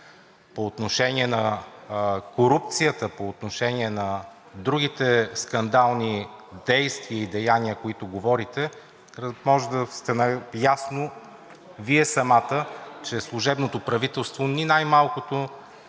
По отношение на корупцията, по отношение на другите скандални действия и деяния, за които говорите, може да сте наясно самата Вие, че служебното правителство ни най-малко